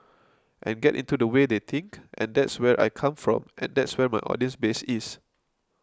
and get into the way they think and that's where I come from and that's where my audience base is